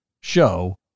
show